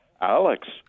Alex